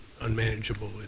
unmanageable